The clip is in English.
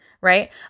right